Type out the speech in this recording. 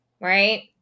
Right